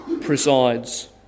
presides